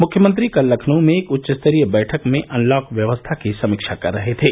मुख्यमंत्री कल लखनऊ में एक उच्चस्तरीय बैठक में अनलॉक व्यवस्था की समीक्षा कर रहे थे